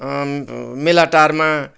मेलाटारमा